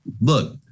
look